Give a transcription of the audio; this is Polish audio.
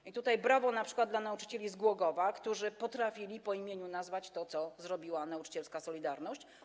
I tutaj brawo np. dla nauczycieli z Głogowa, którzy potrafili po imieniu nazwać to, co zrobiła nauczycielska „Solidarność”